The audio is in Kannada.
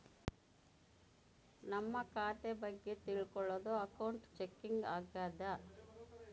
ನಮ್ ಖಾತೆ ಬಗ್ಗೆ ತಿಲ್ಕೊಳೋದು ಅಕೌಂಟ್ ಚೆಕಿಂಗ್ ಆಗ್ಯಾದ